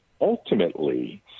ultimately